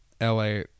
LA